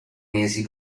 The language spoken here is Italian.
mesi